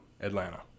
Atlanta